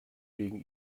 wegen